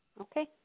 Okay